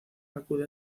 acude